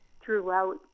throughout